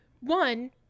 one